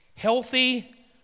Healthy